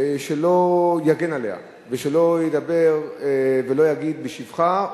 שלא יגן עליה ושלא ידבר ולא יגיד בשבחה,